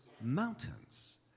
mountains